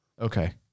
Okay